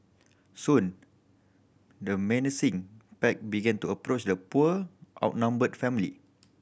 soon the menacing pack began to approach the poor outnumbered family